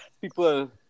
people